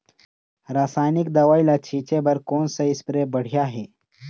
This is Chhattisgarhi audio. रासायनिक दवई ला छिचे बर कोन से स्प्रे बढ़िया हे?